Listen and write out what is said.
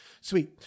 sweet